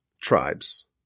tribes